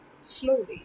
slowly